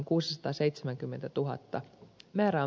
määrä on merkittävä